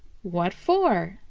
what for?